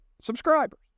subscribers